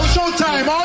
Showtime